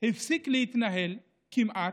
הפסיק להתנהל כמעט,